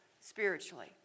spiritually